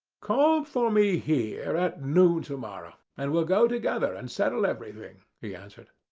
call for me here at noon to-morrow, and we'll go together and settle everything, he answered.